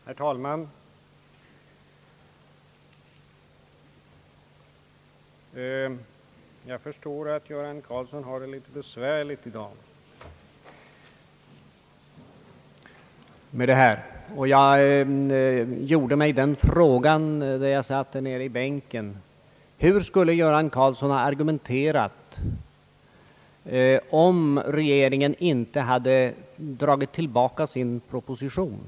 Herr talman! Jag förstår att herr Göran Karlsson har det litet besvärligt i den här debatten i dag. När jag satt i min bänk gjorde jag mig frågan: Hur skulle herr Göran Karlsson ha argumenterat om regeringen inte hade dragit tillbaka sin proposition?